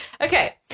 Okay